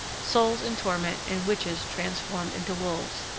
souls in torment and witches transformed into wolves,